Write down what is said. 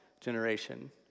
generation